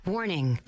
Warning